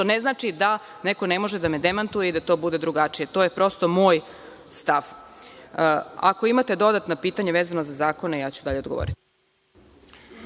što ne znači da neko ne može da me demantuje i da to bude drugačije. To je prosto moj stav. Ako imate dodatna pitanje vezano za zakone, ja ću odgovoriti.